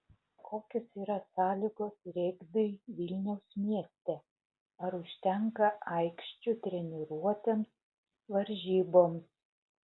kokios yra sąlygos regbiui vilniaus mieste ar užtenka aikščių treniruotėms varžyboms